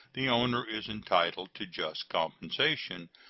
the owner is entitled to just compensation,